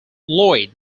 lloyd